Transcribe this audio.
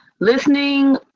Listening